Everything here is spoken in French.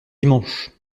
dimanche